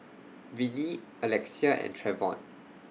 Vinnie Alexia and Trevon